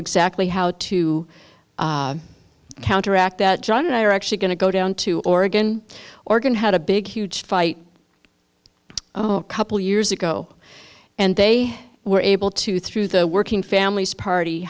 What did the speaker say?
exactly how to counteract that john and i are actually going to go down to oregon oregon had a big huge fight couple years ago and they were able to through the working families party